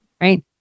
right